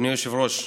אדוני היושב-ראש,